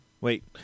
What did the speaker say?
Wait